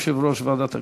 יושב-ראש ועדת הכספים.